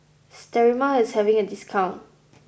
Sterimar is having a discount